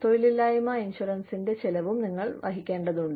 തൊഴിലില്ലായ്മ ഇൻഷുറൻസിന്റെ ചെലവും നിങ്ങൾ വഹിക്കേണ്ടതുണ്ട്